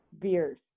beers